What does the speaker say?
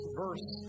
verse